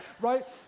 right